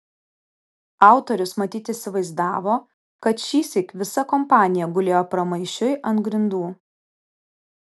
autorius matyt įsivaizdavo kad šįsyk visa kompanija gulėjo pramaišiui ant grindų